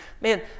man